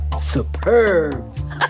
superb